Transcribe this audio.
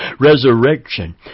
Resurrection